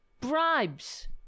Bribes